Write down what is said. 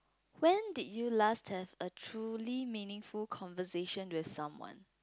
when did you last have a truly meaningful conversation with someone